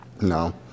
No